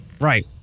Right